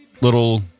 little